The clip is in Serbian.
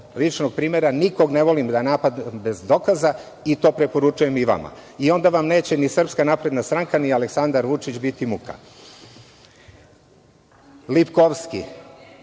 ličnog primera – nikog ne volim da napadam bez dokaza i to preporučujem i vama. Onda vam neće ni Srpska napredna stranka ni Aleksandar Vučić biti muka, Lipkovski